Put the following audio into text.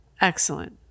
Excellent